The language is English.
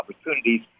opportunities